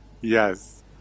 Yes